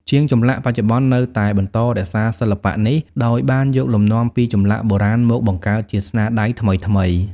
ជាងចម្លាក់បច្ចុប្បន្ននៅតែបន្តរក្សាសិល្បៈនេះ ដោយបានយកលំនាំពីចម្លាក់បុរាណមកបង្កើតជាស្នាដៃថ្មីៗ។